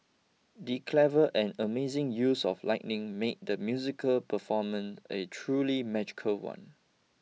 the clever and amazing use of lighting made the musical performance a truly magical one